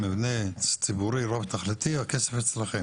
מבנה ציבורי רב תכליתי הכסף אצלכם.